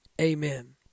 Amen